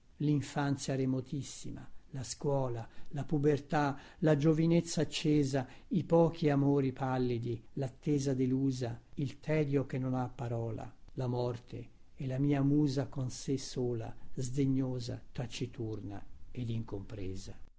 linfanzia remotissima la scuola la pubertà la giovinezza accesa i pochi amori pallidi lattesa delusa il tedio che non ha parola la morte e la mia musa con sè sola sdegnosa taciturna ed incompresa